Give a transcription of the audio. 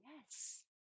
Yes